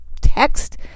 text